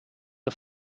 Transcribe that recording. are